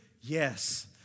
Yes